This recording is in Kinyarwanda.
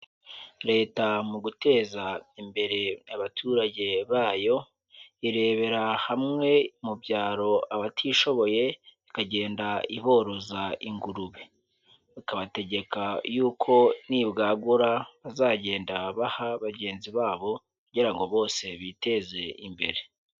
Leta mu guteza imbere abaturage bayo, irebera hamwe mu byaro abatishoboye, ikagenda iboroza ingurube, ikabategeka yuko nibwagura bazagenda baha bagenzi babo, kugira ngo bose biteze imbere.